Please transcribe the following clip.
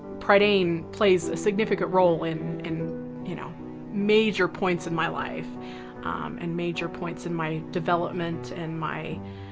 prydain plays a significant role in in you know major points in my life and major points in my development and my